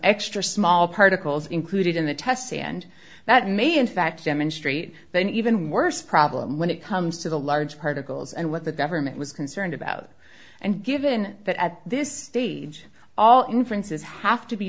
extra small particles included in the tests and that may in fact demonstrate then even worse problem when it comes to the large particles and what the government was concerned about and given that at this stage all inferences have to be